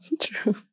True